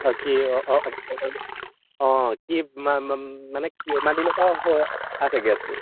অঁ কি অঁ অঁ অঁ কি মানে কিমান দিনৰপৰা হৈ আছে গেছটো